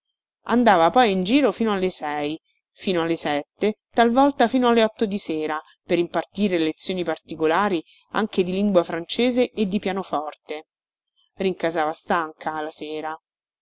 andava poi in giro fino alle sei fino alle sette talvolta fino alle otto di sera per impartire lezioni particolari anche di lingua francese e di pianoforte rincasava stanca la sera